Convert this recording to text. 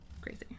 crazy